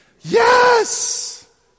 Yes